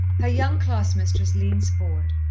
her young class-mistress leans forward,